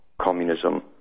communism